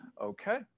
Okay